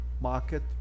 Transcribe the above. market